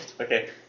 okay